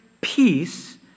peace